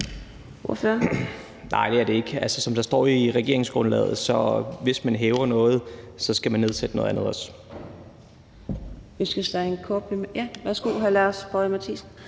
Nej, det er det ikke. Som der står i regeringsgrundlaget: Hvis man hæver noget, skal man nedsætte noget andet også.